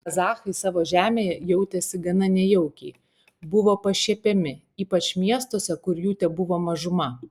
kazachai savo žemėje jautėsi gana nejaukiai buvo pašiepiami ypač miestuose kur jų tebuvo mažuma